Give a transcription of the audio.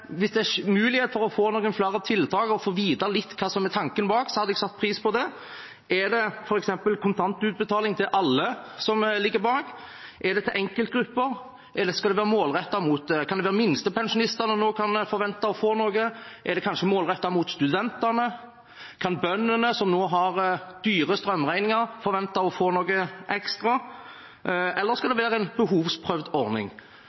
mulighet for å få noen flere tiltak og få vite litt hva som er tanken bak, hadde jeg satt pris på det. Er det f.eks. kontantutbetaling til alle som ligger bak? Er det til enkeltgrupper? Skal det være målrettet? Kan det være minstepensjonistene nå kan forvente å få noe? Er det kanskje målrettet mot studentene? Kan bøndene, som nå har dyre strømregninger, forvente å få noe ekstra? Eller skal det være en behovsprøvd ordning?